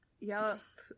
yes